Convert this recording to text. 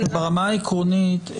ברמה העקרונית,